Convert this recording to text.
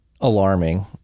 alarming